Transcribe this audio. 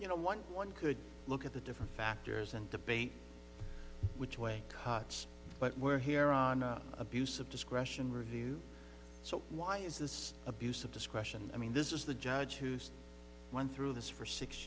you know one one could look at the different factors and debate which way but we're here on abuse of discretion review so why is this abuse of discretion i mean this is the judge who's run through this for six